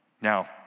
Now